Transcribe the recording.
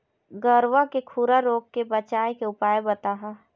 गरवा के खुरा रोग के बचाए के उपाय बताहा?